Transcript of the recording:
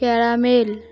caramel